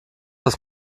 was